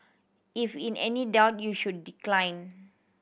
if in any doubt you should decline